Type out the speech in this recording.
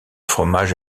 fromage